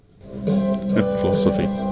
Philosophy